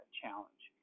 challenge